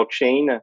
blockchain